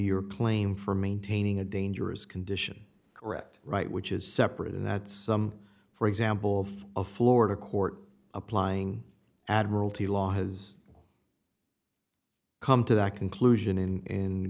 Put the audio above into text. your claim for maintaining a dangerous condition correct right which is separate in that some for example of a florida court applying admiralty law has come to that conclusion in